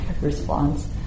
response